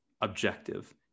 objective